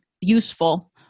useful